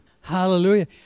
Hallelujah